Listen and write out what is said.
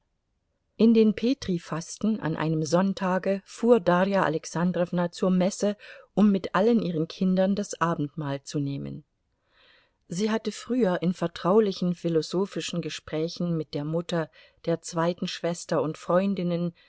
in den petri fasten an einem sonntage fuhr darja alexandrowna zur messe um mit allen ihren kindern das abendmahl zu nehmen sie hatte früher in vertraulichen philosophischen gesprächen mit der mutter der zweiten schwester und freundinnen